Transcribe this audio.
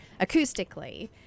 acoustically